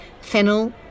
Fennel